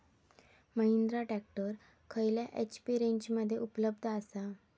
Mahindra tractor खयल्या HP रेंजमध्ये उपलब्ध आसा?